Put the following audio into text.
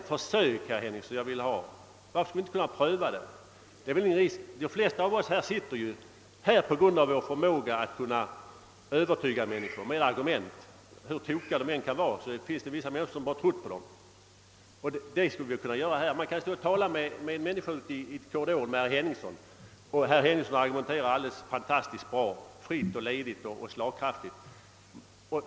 Jag har hemställt om att förbud att tala från manuskript skall införas på försök. Varför skulle vi inte kunna pröva ett sådant system? De flesta av oss sitter här i riksdagen på grund av vår förmåga att övertyga människor med våra argument; hur tokiga argumenten än kan vara har vissa människor trott på dem. Man kan tala med ledamöter i korridoren, t.ex. med herr Henningsson. Han argumenterar då fantastiskt bra — fritt, ledigt och slagkraftigt.